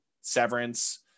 severance